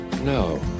No